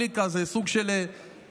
וקליקה זה סוג של wework,